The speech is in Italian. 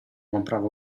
comprava